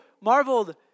marveled